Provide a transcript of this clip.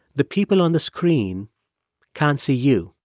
the people on the screen can't see you.